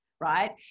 right